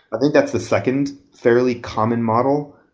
i think that's the second fairly common model.